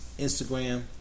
Instagram